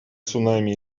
цунами